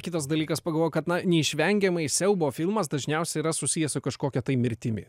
kitas dalykas pagalvojau kad na neišvengiamai siaubo filmas dažniausia yra susijęs su kažkokia tai mirtimi